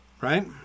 right